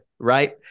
Right